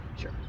Sure